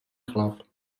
chlap